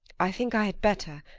i think i had better.